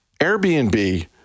Airbnb